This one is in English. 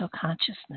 consciousness